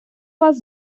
вас